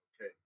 Okay